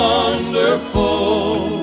Wonderful